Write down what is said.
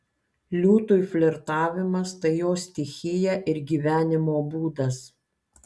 liūtui flirtavimas tai jo stichija ir gyvenimo būdas